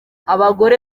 abagore